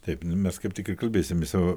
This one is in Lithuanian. taip nu mes kaip tik ir kalbėsim išsa